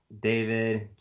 David